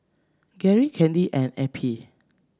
Gerry Candy and Eppie